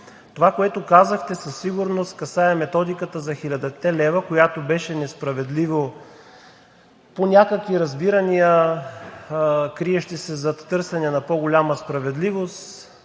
Това, което казахте, със сигурност касае методиката за хилядата лева, която беше несправедлива. По някакви разбирания, криещи се зад търсене на по-голяма справедливост,